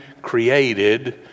created